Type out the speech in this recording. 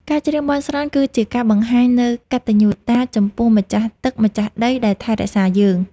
ការច្រៀងបន់ស្រន់ គឺជាការបង្ហាញនូវកតញ្ញូតាចំពោះម្ចាស់ទឹកម្ចាស់ដីដែលថែរក្សាយើង។